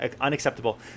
unacceptable